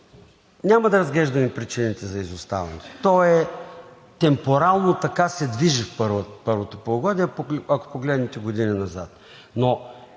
Няма да разглеждаме причините за изоставането, то е темпорално, така се движи първото полугодие, ако погледнете години назад.